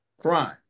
crime